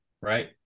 Right